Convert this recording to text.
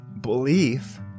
belief